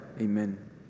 Amen